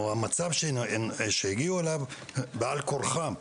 או המצב שהגיעו אליו בעל כורחם,